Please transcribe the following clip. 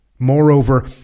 Moreover